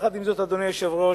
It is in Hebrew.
עם זאת, אדוני היושב-ראש,